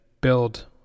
build